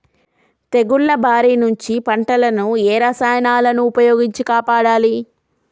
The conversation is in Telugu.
తెగుళ్ల బారి నుంచి పంటలను ఏ రసాయనాలను ఉపయోగించి కాపాడాలి?